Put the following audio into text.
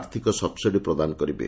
ଆର୍ଥିକ ସବ୍ସିଡ୍ ପ୍ରଦାନ କରିବେ